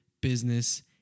business